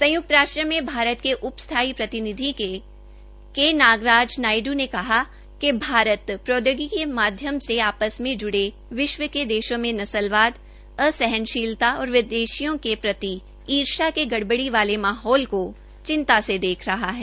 संयक्त राष्ट्र में भारत के उप स्थायी प्रतिनिधि के नागपल नायड़ ने कहा कि भारत प्रौद्योगिकी के माध्य से आपस ज्ड़े विश्व के देशों में नस्लवाद असहनशीलता और विदेशियों के प्रति ईष्या के गडबड़ी वाले मौहोल का चिंता से देख रहा है